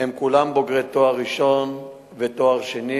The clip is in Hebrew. והם כולם בעלי תואר ראשון ותואר שני.